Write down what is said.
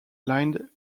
lined